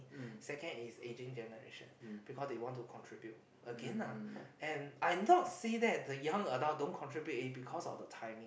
second is ageing generation because they want to contribute again lah and I not say that the young adult don't contribute in because of the timing